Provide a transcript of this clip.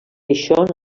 això